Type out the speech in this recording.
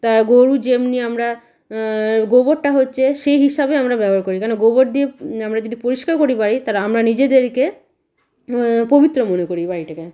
তা গরু যেমনি আমরা গোবরটা হচ্ছে সেই হিসাবে আমরা ব্যবহার করি কেন গোবর দিয়ে আমরা যদি পরিষ্কার করি বাড়ি তাহলে আমরা নিজেদেরকে পবিত্র মনে করি বাড়িটাকে